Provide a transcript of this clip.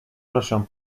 proszę